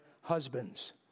husbands